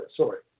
sorry